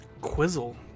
Quizzle